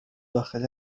داخل